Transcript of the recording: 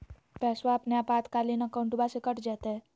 पैस्वा अपने आपातकालीन अकाउंटबा से कट जयते?